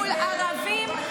מול ערבים,